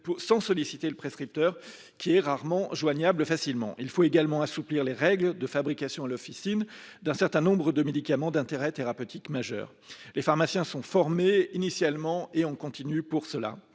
sans solliciter le prescripteur qui est rarement joignable facilement. Il faut également assouplir les règles de fabrication à l’officine d’un certain nombre de médicaments d’intérêt thérapeutique majeur. Les pharmaciens reçoivent une formation initiale et continue pour cela.